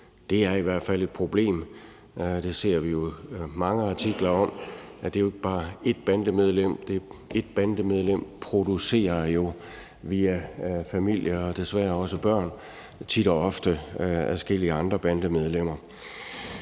er i hvert fald et problem. Det ser vi jo mange artikler om, nemlig at det jo ikke bare handler om ét bandemedlem, for et bandemedlem producerer jo via familier desværre også børn – tit og ofte adskillige andre bandemedlemmer.